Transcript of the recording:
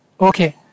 Okay